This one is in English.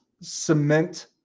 cement